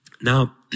Now